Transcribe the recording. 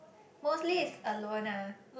mostly it's like alone lah